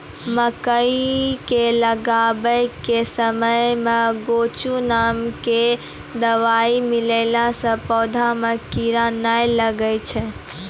मकई के लगाबै के समय मे गोचु नाम के दवाई मिलैला से पौधा मे कीड़ा नैय लागै छै?